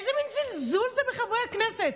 איזה מין זלזול זה בחברי הכנסת?